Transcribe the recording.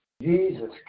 Jesus